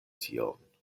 tion